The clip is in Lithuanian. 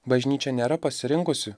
bažnyčia nėra pasirinkusi